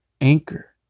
Anchor